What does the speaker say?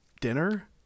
dinner